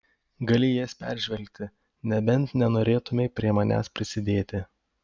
gali jas peržvelgti nebent nenorėtumei prie manęs prisidėti